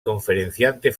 conferenciante